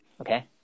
Okay